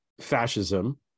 fascism